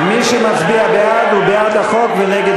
מי שמצביע בעד הוא בעד החוק ונגד